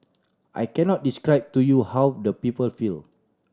I cannot describe to you how the people feel